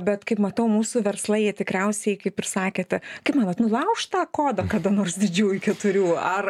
bet kaip matau mūsų verslai jie tikriausiai kaip ir sakėte kaip manot nulauš tą kodą kada nors didžiųjų keturių ar